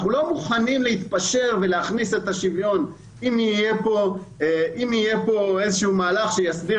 אנחנו לא מוכנים להתפשר ולהכניס את השוויון אם יהיה פה מהלך שייצור